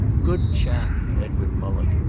good chap, edward mulock,